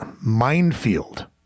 minefield